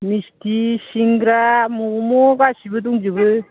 मिस्टि सिंग्रा मम' गासिबो दंजोबो